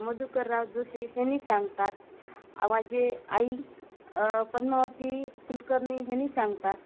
मधुकरराव जोशी ह्यांनी सांगतात माझी आई पदमावती कुलकर्णी ह्यांनी सांगतात